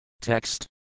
Text